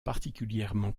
particulièrement